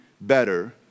better